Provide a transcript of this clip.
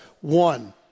One